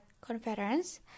conference